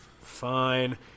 Fine